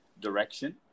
direction